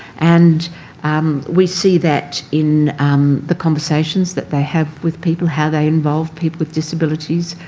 and um we see that in the conversations that they have with people, how they involve people with disabilities,